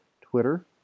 Twitter